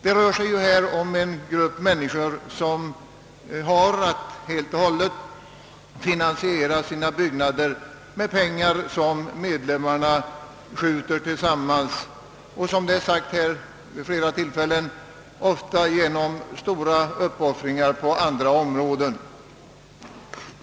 Det gäller här en grupp människor som har att helt och hållet finansiera sina byggnader med pengar som medlemmarna tillskjutit, ofta genom — som sagts här vid flera tillfällen — stora uppoffringar på andra områden.